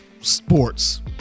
sports